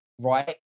right